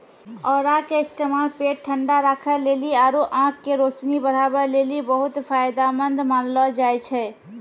औरा के इस्तेमाल पेट ठंडा राखै लेली आरु आंख के रोशनी बढ़ाबै लेली बहुते फायदामंद मानलो जाय छै